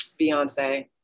Beyonce